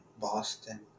Boston